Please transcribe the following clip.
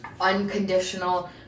unconditional